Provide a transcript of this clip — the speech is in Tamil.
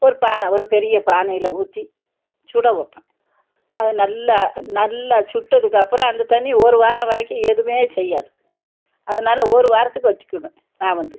ஒரு பானை ஒரு பெரிய பானையில் ஊற்றி சுட வைப்போம் அது நல்லா நல்லா சுட்டதுக்கு அப்புறம் அந்த தண்ணி ஒரு வாரம் வரைக்கும் எதுவும் செய்யாது அதனால் ஒரு வாரத்துக்கு வச்சுக்கிருவேன் நான் வந்து